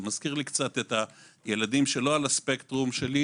זה מזכיר לי את הילדים שלא על הספקטרום שלי,